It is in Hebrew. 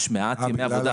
יש מעט ימי עבודה.